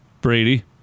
Brady